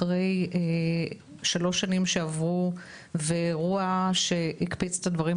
לאחר שלוש שנים שעברו ואירוע שהקפיץ את הדברים